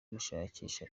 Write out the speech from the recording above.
gushakisha